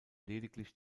lediglich